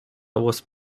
was